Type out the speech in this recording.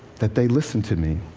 that they listened to me.